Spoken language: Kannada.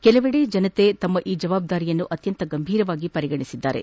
ಕೆಲವೆಡೆ ಜನರು ತಮ್ಮ ಈ ಜವಾಬ್ದಾರಿಯನ್ನು ಅತ್ಯಂತ ಗಂಭೀರವಾಗಿ ಪರಿಗಣಿಸಿದ್ದಾರೆ